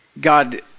God